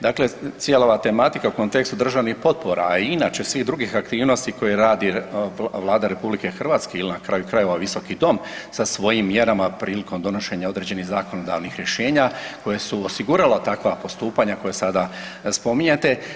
Dakle, cijela ova tematika u kontekstu državnih potpora, a i inače svih drugih aktivnosti koje radi Vlada RH ili na kraju krajeva Visoki dom sa svojim mjerama prilikom donošenja određenih zakonodavnih rješenja koje su osigurala takva postupanja koja sada spominjete.